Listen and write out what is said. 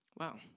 Wow